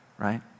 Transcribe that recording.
right